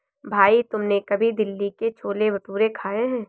भाई तुमने कभी दिल्ली के छोले भटूरे खाए हैं?